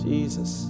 Jesus